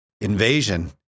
invasion